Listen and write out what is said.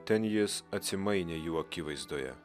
ten jis atsimainė jų akivaizdoje